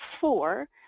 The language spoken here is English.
four